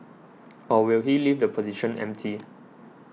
or will he leave the position empty